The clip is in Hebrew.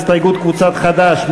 הסתייגות קבוצת חד"ש,